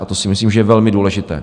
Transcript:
A to si myslím, že je velmi důležité.